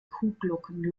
kuhglocken